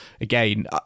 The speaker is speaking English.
again